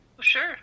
Sure